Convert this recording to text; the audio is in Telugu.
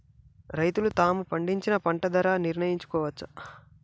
రైతులు తాము పండించిన పంట ధర నిర్ణయించుకోవచ్చా?